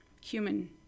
human